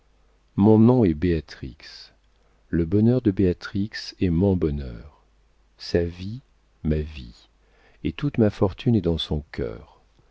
mon nom est béatrix le bonheur de béatrix est mon bonheur sa vie ma vie et toute ma fortune est dans son cœur